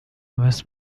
نفس